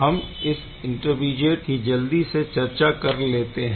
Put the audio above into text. हम इस इंटरमीडीऐट की जल्दी से चर्चा कर लेते है